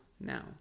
now